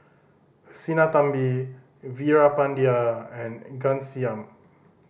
Sinnathamby Veerapandiya and Ghanshyam